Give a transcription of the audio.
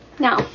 Now